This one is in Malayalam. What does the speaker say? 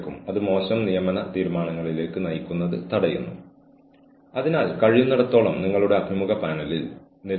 അതിനാൽ ഏത് സമയത്തും ഏതെങ്കിലും തരത്തിലുള്ള അച്ചടക്കമില്ലായ്മ കണ്ടെത്തിയാൽ ജീവനക്കാരനെ സൂപ്പർവൈസർ വിളിക്കണം